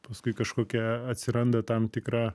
paskui kažkokia atsiranda tam tikra